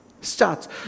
starts